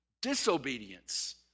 Disobedience